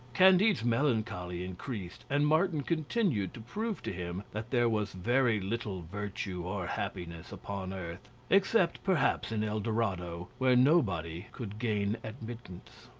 candide's melancholy increased and martin continued to prove to him that there was very little virtue or happiness upon earth, except perhaps in el dorado, where nobody could gain admittance.